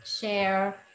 Share